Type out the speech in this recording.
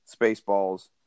Spaceballs